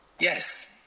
yes